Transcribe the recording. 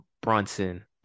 Brunson